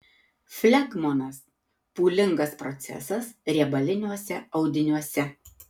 flegmonas pūlingas procesas riebaliniuose audiniuose